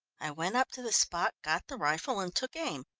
i went up to the spot, got the rifle and took aim.